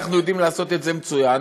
אנחנו יודעים לעשות את זה מצוין,